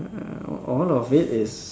hmm all of it is